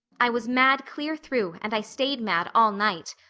i was mad clear through, and i stayed mad all night.